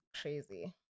crazy